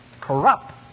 corrupt